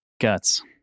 Guts